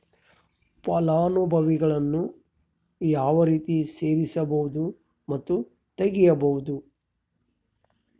ಫಲಾನುಭವಿಗಳನ್ನು ಯಾವ ರೇತಿ ಸೇರಿಸಬಹುದು ಮತ್ತು ತೆಗೆಯಬಹುದು?